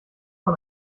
von